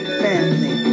family